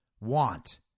want